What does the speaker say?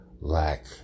lack